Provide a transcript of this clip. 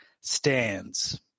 stands